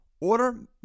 Order